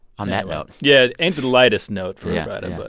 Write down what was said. on that note yeah, ain't the lightest note for a friday but